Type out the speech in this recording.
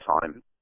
time